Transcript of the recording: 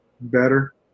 better